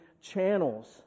channels